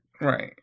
Right